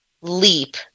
leap